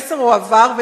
המסר הועבר,